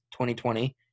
2020